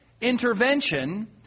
intervention